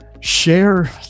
share